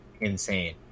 insane